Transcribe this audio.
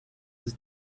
his